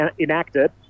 enacted